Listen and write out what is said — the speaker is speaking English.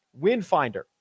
Windfinder